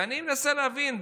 ואני מנסה להבין,